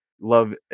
love